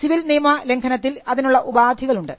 civil നിയമലംഘനത്തിൽ അതിനുള്ള ഉപാധികളുണ്ട്